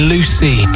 Lucy